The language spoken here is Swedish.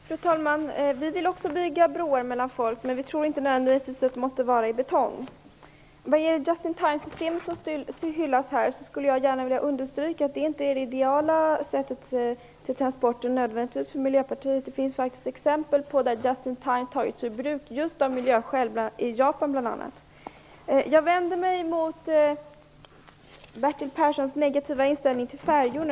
Herr talman! Vi vill också bygga broar mellan folk, men vi tror inte att de nödvändigtvis måste vara i betong. Just-in-time-systemet har hyllats. Jag skulle vilja understryka att det för Miljöpartiet inte nödvändigtvis är det ideala sättet när det gäller transporter. Det finns faktiskt exempel på att just-in-time-systemet har tagits ur bruk just av miljöskäl i bl.a. Japan. Jag vänder mig mot Bertil Perssons negativa inställning till färjor.